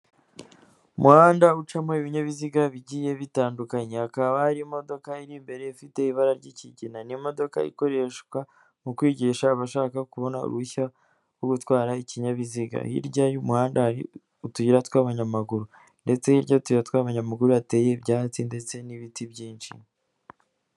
Umuhanda ucamo ibinyabiziga bigiye bitandukanye hakaba harimo imodoka mo imbere ifite ibara ry'ikigina n'imodoka ikoreshwa mu kwigisha abashaka kubona uruhushya rwo gutwara ikinyabiziga. Hirya y'umuhanda hari utuyira tw'abanyamaguru ndetse hirya y'utuyira tw'abanyamaguru hateye ibyatsi ndetse n'ibiti byinshi.